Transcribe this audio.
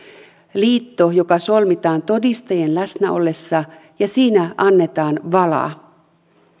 liitto joka solmitaan todistajien läsnä ollessa ja siinä annetaan vala